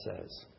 says